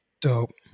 Dope